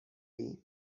ایم